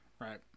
right